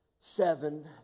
seven